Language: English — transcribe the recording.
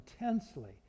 intensely